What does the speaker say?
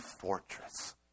fortress